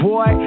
Boy